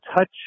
touch